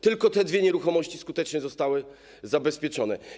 Tylko te dwie nieruchomości skutecznie zostały zabezpieczone.